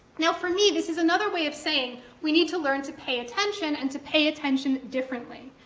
now for me, this is another way of saying we need to learn to pay attention and to pay attention differently.